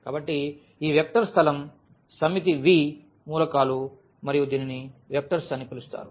కాబట్టి ఈ వెక్టర్ స్థలం సమితి V మూలకాలు మరియు దీనిని వెక్టర్స్ అని పిలుస్తారు